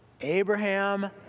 Abraham